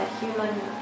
human